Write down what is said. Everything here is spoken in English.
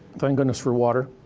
thank goodness for water.